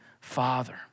Father